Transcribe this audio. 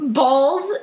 balls